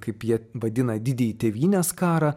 kaip jie vadina didįjį tėvynės karą